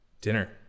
Dinner